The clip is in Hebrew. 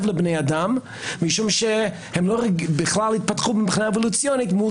לבני אדם כי הן לא התמודדו עם טורפים.